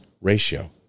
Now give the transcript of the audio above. ratio